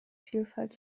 vielfalt